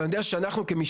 אבל אני יודע שאנחנו כמשטרה,